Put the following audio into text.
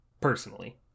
personally